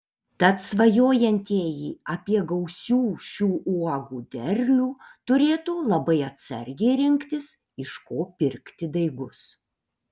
tad svajojantieji apie gausių šių uogų derlių turėtų labai atsargiai rinktis iš ko pirkti daigus